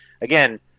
again